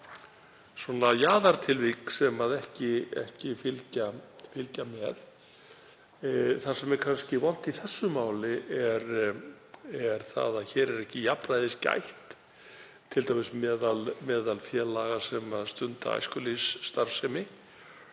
til jaðartilvik sem ekki fylgja með. Það sem er kannski vont í þessu máli er að hér er ekki jafnræðis gætt, t.d. meðal félaga sem stunda æskulýðsstarfsemi.